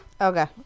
Okay